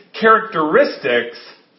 characteristics